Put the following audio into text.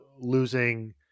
losing